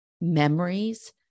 memories